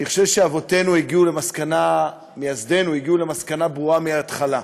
אני חושב שאבותינו מייסדנו הגיעו למסקנה ברורה מההתחלה: